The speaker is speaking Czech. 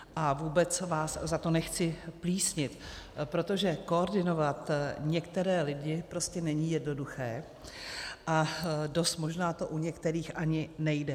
A vůbec vás za to nechci plísnit, protože koordinovat některé lidi prostě není jednoduché a dost možná to u některých ani nejde.